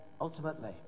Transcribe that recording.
ultimately